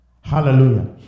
Hallelujah